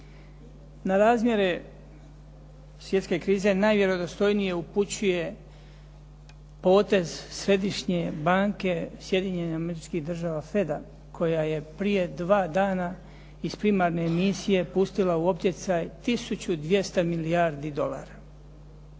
Na razmjere svjetske krize najvjerodostojnije upućuje potez Središnje banke Sjedinjenih Američkih Država Fed-a koja je prije dva dana iz primarne misije pustila u optjecaj tisuću dvjesta milijardi dolara,